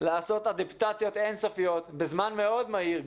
לעשות אדפטציות אין סופיות בזמן מאוד מהיר,